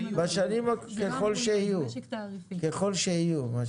ככל שיהיו.